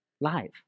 Live